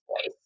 voice